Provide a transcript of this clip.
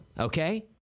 Okay